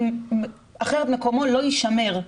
אחרת מקומו לא יישמר.